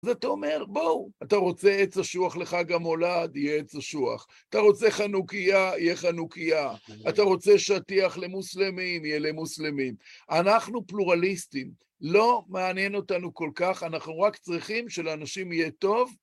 אז אתה אומר, בואו, אתה רוצה עץ אשוח לחג המולד, יהיה עץ אשוח. אתה רוצה חנוכיה, יהיה חנוכיה. אתה רוצה שטיח למוסלמים, יהיה למוסלמים. אנחנו פלורליסטים, לא מעניין אותנו כל כך, אנחנו רק צריכים שלאנשים יהיה טוב.